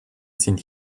sind